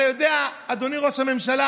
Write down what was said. אתה יודע, אדוני ראש הממשלה,